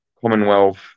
Commonwealth